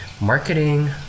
marketing